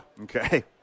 Okay